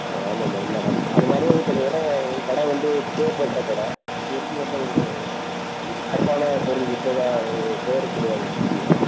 ஆ ஆமாம் மேடம் நான் அது அதுமாதிரி இப்போ ஏன்னா எங்கள் கடை பேர்பெற்ற கடை இது வரைக்கும் எந்த ஒரு தப்பான பொருள் விற்றதா ஒரு பேர் கிடையாது இப்பயும்